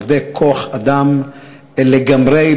עובדי כוח-אדם לגמרי,